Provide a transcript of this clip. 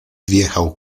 wjechał